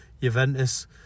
Juventus